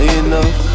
enough